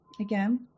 again